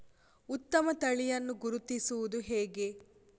ಉತ್ತಮ ತಳಿಯನ್ನು ಗುರುತಿಸುವುದು ಹೇಗೆ?